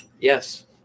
Yes